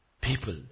people